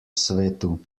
svetu